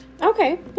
Okay